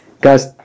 guys